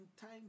time